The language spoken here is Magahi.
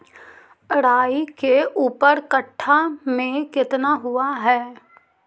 राई के ऊपर कट्ठा में कितना हुआ है?